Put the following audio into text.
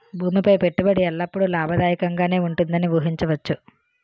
భూమి పై పెట్టుబడి ఎల్లప్పుడూ లాభదాయకంగానే ఉంటుందని ఊహించవచ్చు